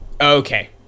Okay